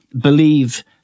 believe